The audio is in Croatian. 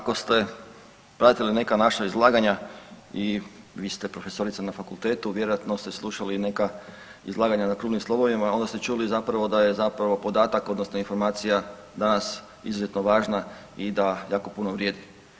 Ako ste pratili neka naša izlaganja i vi ste profesorica na fakultetu, vjerojatno ste slušali i neka izlaganja na okruglim stolovima, onda ste čuli zapravo da je zapravo podatak, odnosno informacija danas izuzetno važna i da jako puno vrijedi.